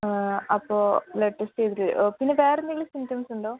അപ്പോൾ blood test ചെയ്തിട്ട് പിന്നെ വേറെ എന്തെങ്കിലും സിംപ്റ്റംസ് ഉണ്ടോ